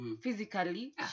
physically